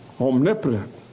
omnipotent